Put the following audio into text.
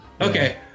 Okay